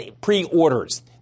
pre-orders